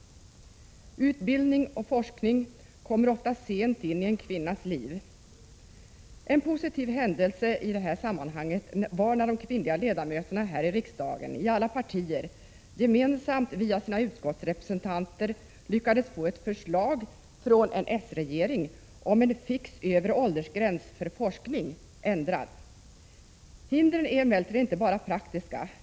Utbildning och forskning kommer ofta sent in i en kvinnas liv. En positiv händelse i det sammanhanget var när de kvinnliga ledamöterna här i riksdagen i alla partier gemensamt via sina utskottsrepresentanter lyckades få ett förslag från en s-regering om en fix övre åldersgräns för forskning ändrat. Hindren är emellertid inte bara praktiska.